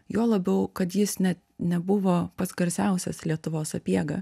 juo labiau kad jis net nebuvo pats garsiausias lietuvos sapiega